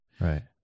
Right